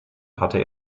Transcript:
hatte